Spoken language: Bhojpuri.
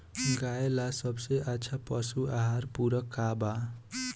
गाय ला सबसे अच्छा पशु आहार पूरक का बा?